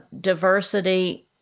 diversity